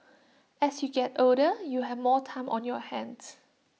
as you get older you have more time on your hands